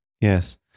yes